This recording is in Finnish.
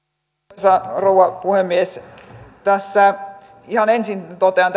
arvoisa rouva puhemies tässä ihan ensin totean